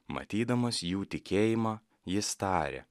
matydamas jų tikėjimą jis tarė